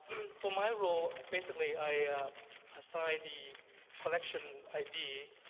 for my role, basically i assign the collection id.